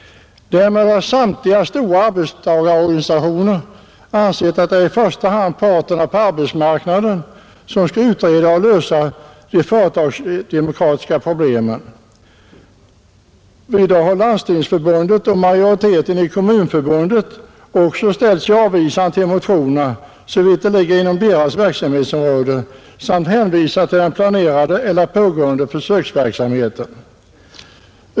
Därmed har samtliga stora arbetstagarorganisationer ansett att det i första hand är parterna på arbetsmarknaden som skall utreda och lösa de företagsdemokratiska problemen. Även Landstingsförbundet och majoriteten i Kommunförbundet ställer sig avvisande till motionerna såvitt de ligger inom deras verksamhetsområde samt hänvisar till den planerade eller pågående försöksverksamheten.